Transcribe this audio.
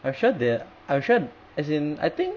I sure they'll I'm sure as in I think